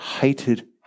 hated